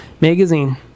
Magazine